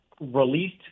released